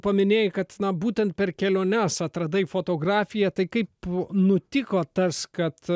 paminėjai kad būtent per keliones atradai fotografiją tai kaip nutiko tas kad